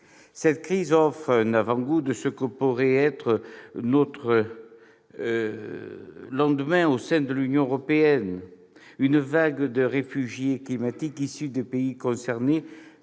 Cette crise offre un avant-goût de ce que pourrait être notre lendemain, au sein de l'Union européenne : une vague de réfugiés climatiques issus de pays concernés